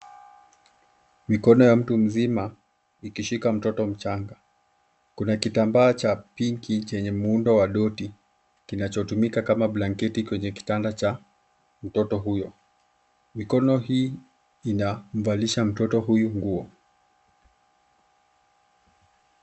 Mikono ya mtu mzima ukishika mtoto mchanga. Kuna kitambaa cha pinki chenye muundo wa doti kinachotumika kama blanketi kwenye kitanda cha mtoto huyo. Mikono hii inamvalisha mtoto huyu nguo.